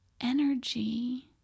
energy